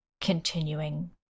Continuing